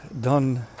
done